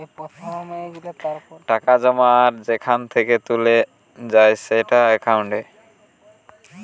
টাকা জমা আর সেখান থেকে তুলে যায় যেই একাউন্টে